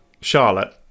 Charlotte